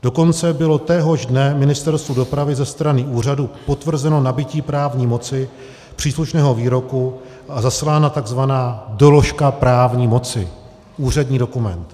Dokonce bylo téhož dne Ministerstvu dopravy ze strany úřadu potvrzeno nabytí právní moci příslušného výroku a zaslána takzvaná doložka právní moci, úřední dokument.